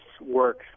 work